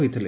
ହୋଇଥିଲେ